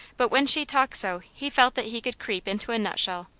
but when she talked so he felt that he could creep into a nut-shell.